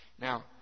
Now